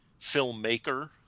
filmmaker